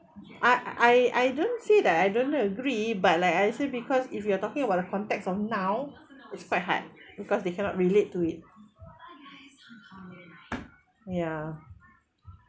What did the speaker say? I I I don't say that I don't agree but like I say because if you are talking about a context of now it's quite hard because they cannot relate to it ya